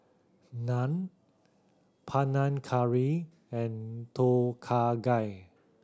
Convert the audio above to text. Naan Panang Curry and Tom Kha Gai